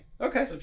Okay